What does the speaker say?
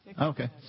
Okay